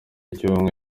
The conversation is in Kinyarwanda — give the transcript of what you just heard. cy’ubumwe